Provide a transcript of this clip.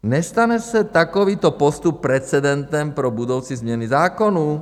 Nestane se takovýto postup precedentem pro budoucí změny zákonů?